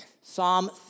Psalm